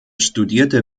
studierte